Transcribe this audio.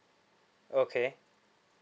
okay